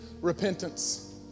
repentance